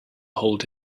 hold